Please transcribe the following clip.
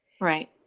right